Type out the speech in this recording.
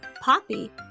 Poppy